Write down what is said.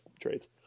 trades